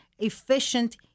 efficient